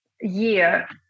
year